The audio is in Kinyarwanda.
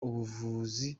ubuvugizi